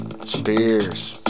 spears